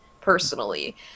personally